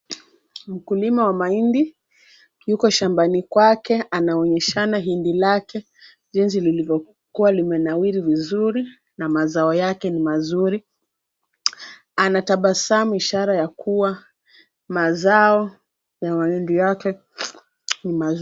Mkulima wa mahindi yuko shambani kwake anaonyeshana hindi lake jinzi lilivyokuwa limenawiri vizuri na mazao yake ni mazuri. Anatabasamu ishara ya kuwa mazao ya mahindi yake ni mazuri.